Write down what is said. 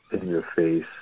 in-your-face